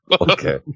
Okay